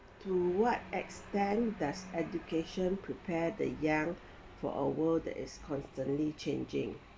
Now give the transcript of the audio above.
to what extent does education prepare the young for a world that is constantly changing